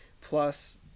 plus